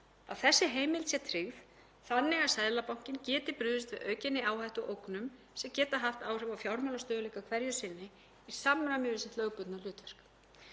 að þessi heimild sé tryggð þannig að Seðlabankinn geti brugðist við aukinni áhættu og ógnum sem geta haft áhrif á fjármálastöðugleika hverju sinni í samræmi við sitt lögbundna hlutverk.